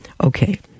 Okay